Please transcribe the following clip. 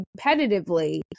competitively